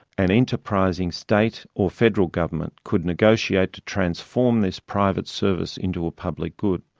an enterprising state or federal government could negotiate to transform this private service into a public good.